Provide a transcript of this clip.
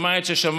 שמע את ששמע,